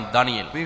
Daniel